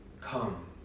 Come